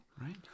Right